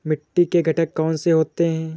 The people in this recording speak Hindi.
मिट्टी के घटक कौन से होते हैं?